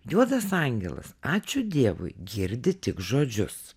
juodas angelas ačiū dievui girdi tik žodžius